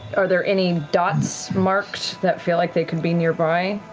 are there any dots marked that feel like they could be nearby?